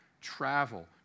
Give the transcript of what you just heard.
travel